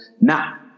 Now